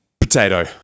Potato